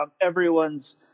everyone's